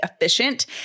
efficient